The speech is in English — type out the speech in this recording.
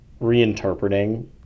reinterpreting